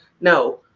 No